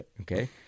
Okay